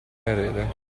erede